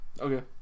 okay